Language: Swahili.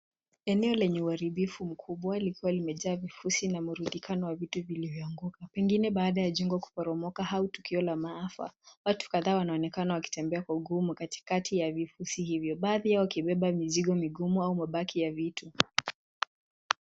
Eneo lenye uharibifu mkubwa likiwa limejaa vifusi na mrundikano wa vitu vilivyoanguka pengine baada ya jengo kuporomoka au tukio la maafa. Watu kadhaa wanaonekana wakitembea kwa ugumu katikati ya vifusi hivyo. Baadhi yao wakibeba mizigo migumu au mabaki ya vitu.